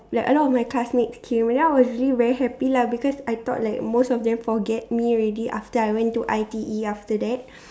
like a lot of my classmates came and then I was really very happy lah because I thought like most of them forget me already after I went to I_T_E after that